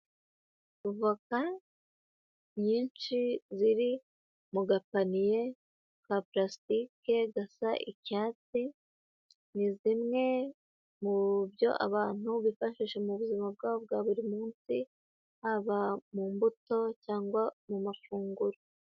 Voka nyinshi ziri mu gapaniye ka plastique gasa icyatsi. Ni zimwe mu byo abantu bifashisha mu buzima bwabo bwa buri munsi haba mu mbuto cyangwa mu mafunguro.